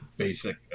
Basic